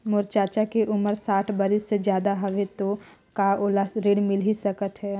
मोर चाचा के उमर साठ बरिस से ज्यादा हवे तो का ओला ऋण मिल सकत हे?